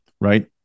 right